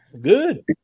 Good